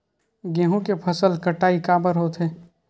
गेहूं के फसल कटाई काबर होथे?